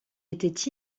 était